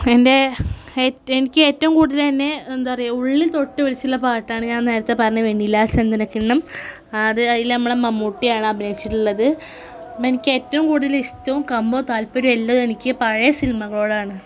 എൻ്റെ എനിക്കേറ്റവും കൂടുതൽ എന്നെ എന്താ പറയുക ഉള്ളിൽ തൊട്ട് വിളിച്ചിട്ടുള്ള പാട്ടാണ് ഞാൻ നേരത്തെ പറഞ്ഞ വെണ്ണിലാ ചന്ദനക്കിണ്ണം അത് അതിൽ നമ്മളെ മമ്മൂട്ടിയാണ് അഭിനയിച്ചിട്ടുള്ളത് എനിക്കേറ്റവും കൂടുതലിഷ്ടവും കമ്പവും താത്പര്യവും എല്ലാം എനിക്ക് പഴയ സിനിമകളോടാണ്